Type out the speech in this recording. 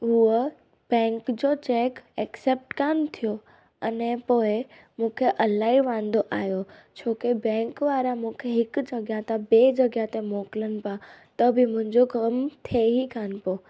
उहा बैंक जो cheque accept कोन थियो अने पोइ मूंखे इलाही वांदो आहियो छोकी बैंक वारा मूंखे हिकु जॻहि था ॿिए जॻहि ते मोकिलिनि पिया त बि मुंहिंजो कम थिए ई कोन पियो